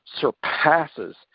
surpasses